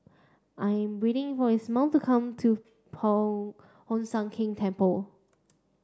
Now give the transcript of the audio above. I'm waiting for Ismael to come to Hoon Sian Keng Temple